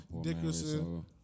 Dickerson